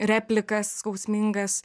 replikas skausmingas